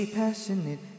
passionate